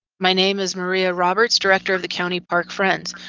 my name is maria roberts, director of the county park friends.